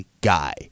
guy